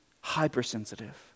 hypersensitive